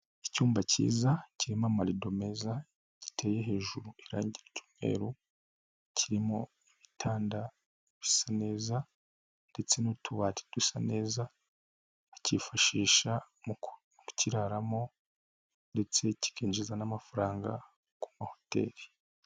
Icyumba kiza kirimo amarido meza, giteye hejuru irange ryumweru, kirimo ibitanda bisa neza ndetse n'utubati dusa neza, bakifashisha mu kukiraramo ndetse kikinjiza n'amafaranga ku mahoteli.